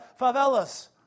favelas